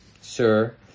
sir